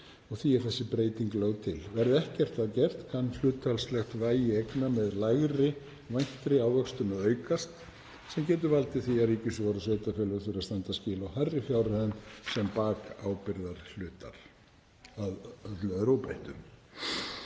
og því er þessi breyting lögð til. Verði ekkert að gert kann hlutfallslegt vægi eigna með lægri væntri ávöxtun að aukast sem getur valdið því að ríkissjóður og sveitarfélög þurfa að standa skil á hærri fjárhæðum sem bakábyrgðaraðilar að öllu óbreyttu.